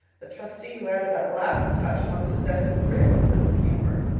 the trustee who added that last touch must possess a grim sense of humor.